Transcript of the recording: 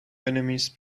enemies